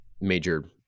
major